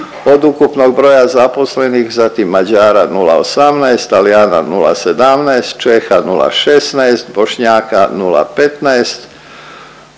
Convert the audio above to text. od ukupnog broja zaposlenih, zatim Mađara 0,18, Talijana 0,17, Čeha 0,16, Bošnjaka 0,15